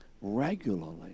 regularly